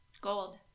gold